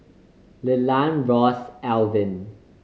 Leland Ross and Alvin